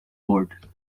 board